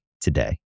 today